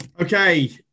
Okay